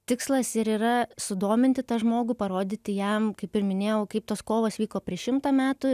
tikslas ir yra sudominti tą žmogų parodyti jam kaip ir minėjau kaip tos kovos vyko prieš šimtą metų